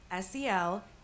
SEL